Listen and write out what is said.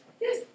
Yes